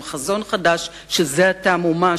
עם חזון חדש שזה עתה מומש,